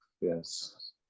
yes